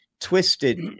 twisted